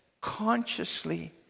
consciously